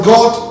God